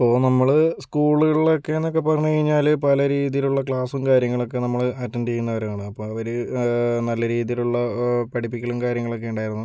ഇപ്പോൾ നമ്മള് സ്കൂളുകളിലൊക്കെന്നക്കെ പറഞ്ഞ് കഴിഞ്ഞാല് പല രീതിലുള്ള ക്ലാസും കാര്യങ്ങളൊക്കെ നമ്മള് അറ്റന്റ് ചെയ്യുന്നവരാണ് അപ്പോൾ അവര് നല്ല രീതിലുള്ള പഠിപ്പിക്കലും കാര്യങ്ങളൊക്കെ ഉണ്ടായിരുന്നു